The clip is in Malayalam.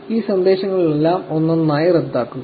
ഈ സന്ദേശങ്ങളെല്ലാം ഒന്നൊന്നായി റദ്ദാക്കുക